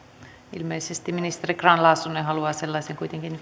ilmeisesti ministeri grahn laasonen haluaa sellaisen kuitenkin